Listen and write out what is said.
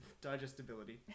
Digestibility